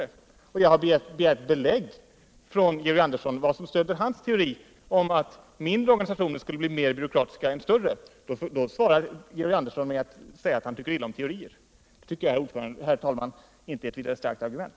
Jag har därför av Georg Andersson begärt att få reda på vilka belägg som stöder hans teori om att mindre organisationer skulle vara mer byråkratiska än större. På det svarar Georg Andersson genom att säga att han tycker illa om teorier. Det tycker jag, herr talman, inte är något vidare starkt argument.